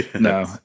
No